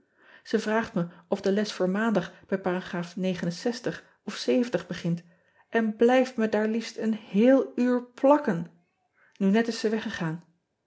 e vraagt me of de les voor aandag bij ar of begint en blijft me daar liefst een heel uur plakken u net is ze weggegaan